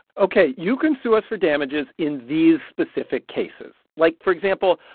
ok, you can sue us for damages in these specific cases. like, for example,